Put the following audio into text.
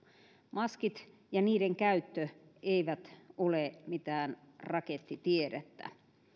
maskit ja niiden käyttö eivät ole mitään rakettitiedettä